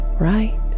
right